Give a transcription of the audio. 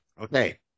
Okay